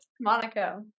Monaco